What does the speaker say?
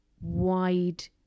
wide